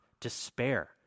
despair